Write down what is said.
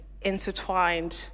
intertwined